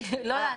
לא להעניש.